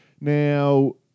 Now